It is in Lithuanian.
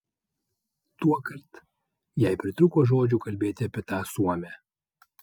tuokart jai pritrūko žodžių kalbėti apie tą suomę